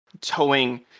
towing